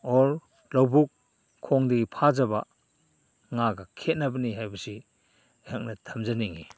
or ꯂꯧꯕꯨꯛ ꯈꯣꯡꯗꯒꯤ ꯐꯥꯖꯕ ꯉꯥꯒ ꯈꯦꯠꯅꯕꯅꯤ ꯍꯥꯏꯕꯁꯤ ꯑꯩꯍꯥꯛꯅ ꯊꯝꯖꯅꯤꯡꯉꯤ